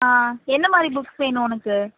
என்ன மாதிரி புக்ஸ் வேணும் உனக்கு